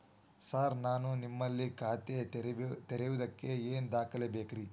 Sir ನಾನು ನಿಮ್ಮಲ್ಲಿ ಖಾತೆ ತೆರೆಯುವುದಕ್ಕೆ ಏನ್ ದಾಖಲೆ ಬೇಕ್ರಿ?